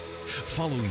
Follow